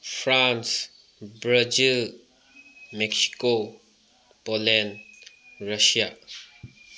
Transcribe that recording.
France Brazil Mexico Poland Russia